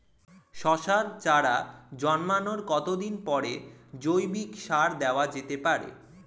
শশার চারা জন্মানোর কতদিন পরে জৈবিক সার দেওয়া যেতে পারে?